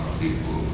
people